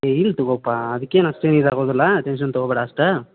ಏಯ್ ಇಲ್ಲ ತೊಗೋಪ್ಪ ಅದಕ್ಕೇನು ಅಷ್ಟೇನು ಇದು ಆಗೋದಿಲ್ಲ ಟೆನ್ಶನ್ ತೊಗೊಬೇಡ ಅಷ್ಟೇ